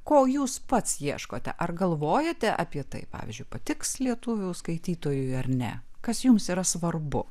ko jūs pats ieškote ar galvojate apie tai pavyzdžiui patiks lietuvių skaitytojui ar ne kas jums yra svarbu